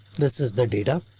this is the data.